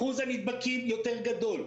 אחוז הנדבקים יותר גדול.